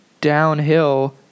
downhill